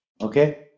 Okay